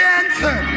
answer